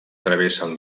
travessen